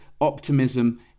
optimism